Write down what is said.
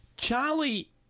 Charlie